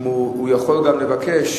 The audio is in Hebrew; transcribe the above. הוא יכול גם לבקש,